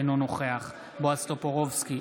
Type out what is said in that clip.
אינו נוכח בועז טופורובסקי,